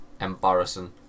embarrassing